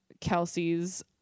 kelsey's